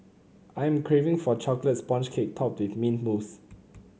I am craving for a chocolate sponge cake topped with mint mousse